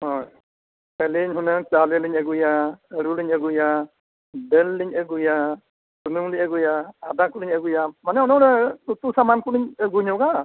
ᱦᱳᱭ ᱟᱹᱞᱤᱧ ᱦᱩᱱᱟᱹᱝ ᱪᱟᱣᱞᱮ ᱞᱤᱧ ᱟᱹᱜᱩᱭᱟ ᱟᱹᱞᱩᱞᱤᱧ ᱟᱹᱜᱩᱭᱟ ᱫᱟᱹᱞ ᱞᱤᱧ ᱟᱹᱜᱩᱭᱟ ᱥᱩᱱᱩᱢ ᱞᱤᱧ ᱟᱹᱜᱩᱭᱟ ᱟᱫᱟ ᱠᱚᱞᱤᱧ ᱟᱹᱜᱩᱭᱟ ᱢᱟᱱᱮ ᱚᱱᱮ ᱩᱱᱟᱹᱜ ᱩᱛᱩ ᱥᱟᱢᱟᱱ ᱠᱚᱞᱤᱧ ᱟᱹᱜᱩ ᱧᱚᱜᱟ